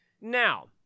Now